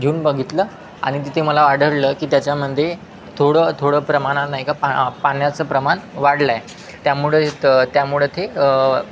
घेऊन बघितलं आणि तिथे मला आढळलं की त्याच्यामध्ये थोडं थोडं प्रमाणात नाही का पा पाण्याचं प्रमाण वाढलं आहे त्यामुळे तर त्यामुळं ते